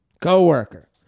co-worker